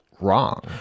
wrong